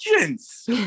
agents